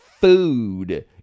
food